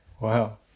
wow